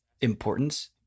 importance